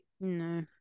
No